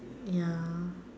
ya